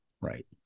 Right